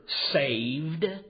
saved